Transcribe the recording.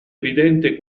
evidente